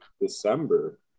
December